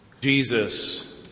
Jesus